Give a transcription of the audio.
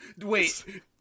Wait